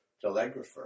telegrapher